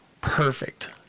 perfect